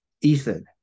Ethan